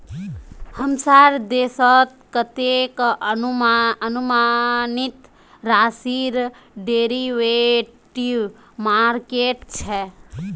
हमसार देशत कतते अनुमानित राशिर डेरिवेटिव मार्केट छ